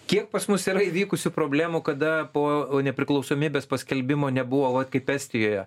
kiek pas mus yra įvykusių problemų kada po nepriklausomybės paskelbimo nebuvo vat kaip estijoje